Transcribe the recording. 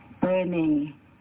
burning